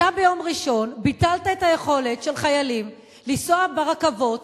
אתה ביום ראשון ביטלת את היכולת של חיילים לנסוע ברכבות,